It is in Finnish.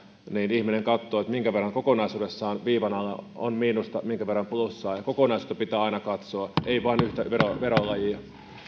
ihminen katsoo minkä verran kokonaisuudessaan viivan alla on miinusta minkä verran plussaa kokonaisuutta pitää aina katsoa ei vain yhtä verolajia